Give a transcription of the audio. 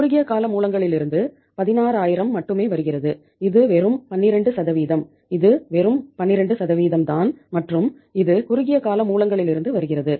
குறுகிய கால மூலங்களிலிருந்து 16000 மட்டுமே வருகிறது இது வெறும் 12 இது வெறும் 12 தான் மற்றும் இது குறுகிய கால மூலங்களிலிருந்து வருகிறது